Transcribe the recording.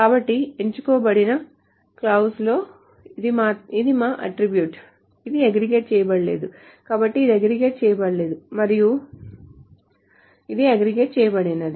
కాబట్టి ఎంచుకోబడిన క్లాజ్లో ఇది మా అట్ట్రిబ్యూట్ ఇది అగ్రిగేట్ చేయబడలేదు కాబట్టి ఇది అగ్రిగేట్ చేయడలేదు మరియు ఇది అగ్రిగేట్ చేయబడినది